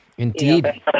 Indeed